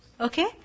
Okay